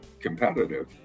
competitive